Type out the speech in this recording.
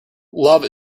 love